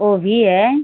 ओ भी है